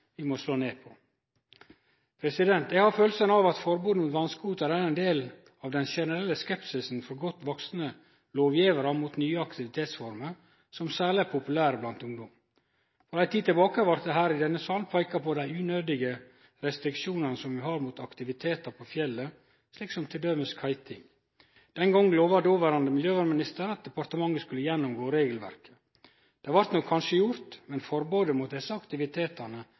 vi må slå ned på. Eg har ei kjensle av at forbodet mot vass-scooter er ein del av ein generell skepsis frå godt vaksne lovgjevarar mot nye aktivitetsformer som særleg er populære blant ungdom. For ei tid tilbake blei det her i denne salen peika på dei unødige restriksjonane vi har når det gjeld nye aktivitetar på fjellet, slik som t.d. kiting. Den gongen lova dåverande miljøvernminister at departementet skulle gå igjennom regelverket. Det blei nok kanskje gjort, men forbodet mot desse aktivitetane